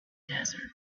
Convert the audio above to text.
desert